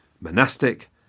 monastic